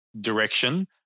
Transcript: direction